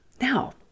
Now